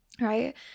right